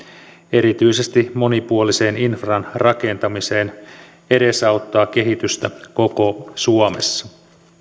erityisesti monipuolisen infran rakentamiseen edesauttaa kehitystä koko suomessa